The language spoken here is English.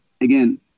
again